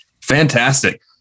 Fantastic